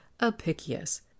Apicius